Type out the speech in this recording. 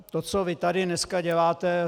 To, co vy tady dneska děláte...